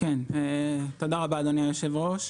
תודה רבה אדוני היושב-ראש.